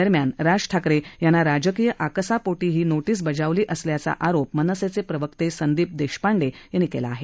दरम्यान राज ठाकरे यांना राजकीय आकसापोटी ही नोटीस बजावली असल्याचा आरोप मनसे प्रवक्ते संदीप देशपांडे यांनी केला आहे